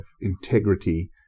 integrity